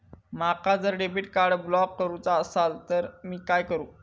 माका जर debit card block करूचा असला तर मी काय करू?